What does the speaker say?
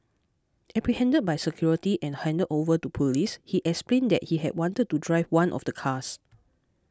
apprehended by security and handed over to police he explained that he had wanted to drive one of the cars